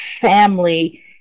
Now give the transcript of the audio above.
family